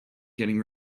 getting